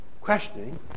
questioning